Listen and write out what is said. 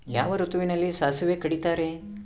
ಯಾವ ಋತುವಿನಲ್ಲಿ ಸಾಸಿವೆ ಕಡಿತಾರೆ?